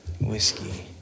Whiskey